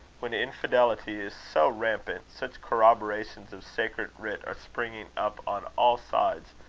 when infidelity is so rampant, such corroborations of sacred writ are springing up on all sides!